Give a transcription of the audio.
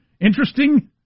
Interesting